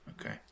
Okay